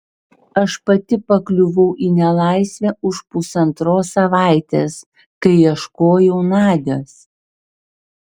aš pati pakliuvau į nelaisvę už pusantros savaitės kai ieškojau nadios